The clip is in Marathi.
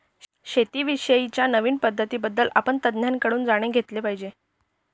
शेती विषयी च्या नवीन पद्धतीं बद्दल आपण तज्ञांकडून जाणून घेतले पाहिजे